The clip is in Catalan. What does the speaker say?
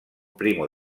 primo